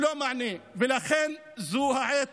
ולכן זו העת